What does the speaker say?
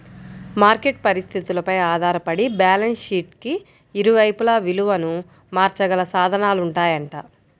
market పరిస్థితులపై ఆధారపడి balance షీట్కి ఇరువైపులా విలువను మార్చగల సాధనాలుంటాయంట